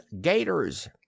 gators